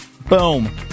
boom